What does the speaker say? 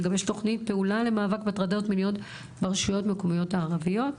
לגבש תכנית פעולה למאבק בהטרדות מיניות ברשויות המקומיות הערביות,